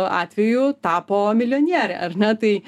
atveju tapo milijoniere ar ne tai